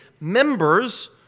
members